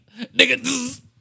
Nigga